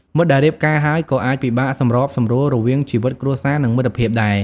មិត្តដែលរៀបការហើយក៏អាចពិបាកសម្របសម្រួលរវាងជីវិតគ្រួសារ និងមិត្តភាពដែរ។